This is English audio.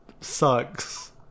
sucks